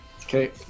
okay